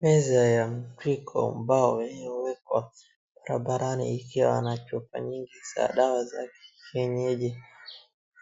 Meza ya mtwiko ambayo imewekwa barabarani ikiwa na chupa nyingi za dawa za kienyeji.